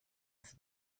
for